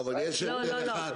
לא, אבל יש הבדל אחד.